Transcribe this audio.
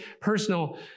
personal